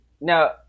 Now